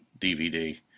DVD